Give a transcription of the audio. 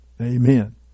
Amen